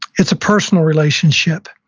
it's a personal relationship,